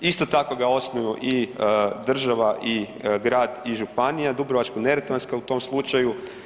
Isto tako ga osnuju i država i grad i županija Dubrovačko-neretvanska u tom slučaju.